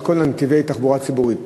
את כל נתיבי התחבורה הציבורית.